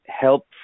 help